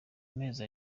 amezi